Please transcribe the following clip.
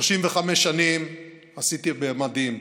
35 שנים עשיתי במדים.